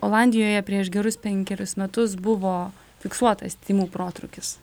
olandijoje prieš gerus penkerius metus buvo fiksuotas tymų protrūkis